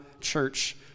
church